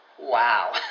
Wow